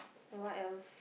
and what else